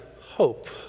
hope